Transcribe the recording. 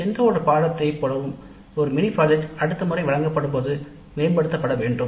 எந்த ஒரு பாடத்திட்டத்தை போல ஒரு மினி திட்டமும் அடுத்த முறை வழங்கப்படும்போது மேம்படுத்தபட வேண்டும்